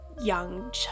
young